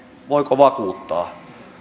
voinko vakuuttaa